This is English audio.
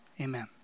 amen